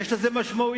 יש לזה משמעויות: